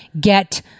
get